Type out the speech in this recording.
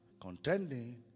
Contending